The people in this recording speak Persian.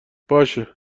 باشه